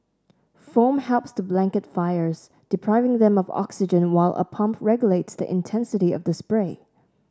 foam helps to blanket fires depriving them of oxygen while a pump regulates the intensity of the spray